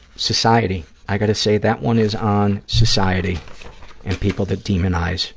society, i got to say, that one is on society and people that demonize